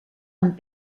amb